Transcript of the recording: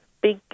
big